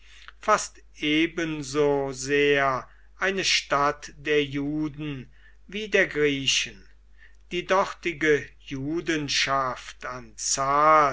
fast ebenso sehr eine stadt der juden wie der griechen die dortige judenschaft an zahl